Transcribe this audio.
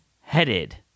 headed